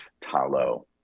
Talo